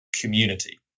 community